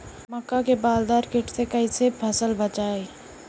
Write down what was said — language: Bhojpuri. मक्का में बालदार कीट से कईसे फसल के बचाई?